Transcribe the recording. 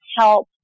help